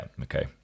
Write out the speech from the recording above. okay